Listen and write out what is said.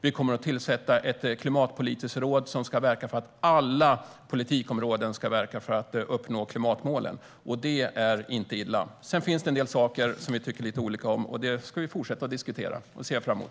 Vi kommer att tillsätta ett klimatpolitiskt råd som ska verka för att alla politikområden ska verka för att uppnå klimatmålen. Det är inte illa. Sedan finns det en del saker som vi tycker lite olika om, och dem ska vi fortsätta att diskutera. Det ser jag fram emot.